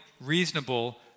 reasonable